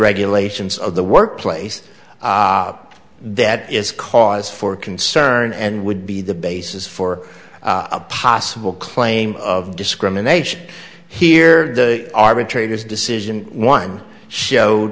regulations of the workplace up that is cause for concern and would be the basis for a possible claim of discrimination here the arbitrator's decision one show